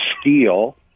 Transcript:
steel